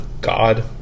god